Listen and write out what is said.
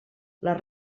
les